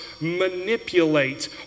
manipulate